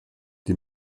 die